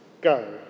go